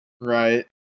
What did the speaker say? right